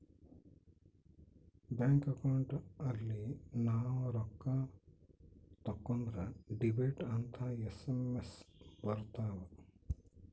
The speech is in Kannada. ಬ್ಯಾಂಕ್ ಅಕೌಂಟ್ ಅಲ್ಲಿ ನಾವ್ ರೊಕ್ಕ ತಕ್ಕೊಂದ್ರ ಡೆಬಿಟೆಡ್ ಅಂತ ಎಸ್.ಎಮ್.ಎಸ್ ಬರತವ